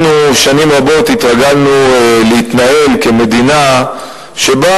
אנחנו שנים רבות התרגלנו להתנהל כמדינה שבה